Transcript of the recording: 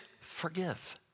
forgive